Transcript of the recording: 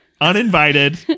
Uninvited